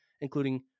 including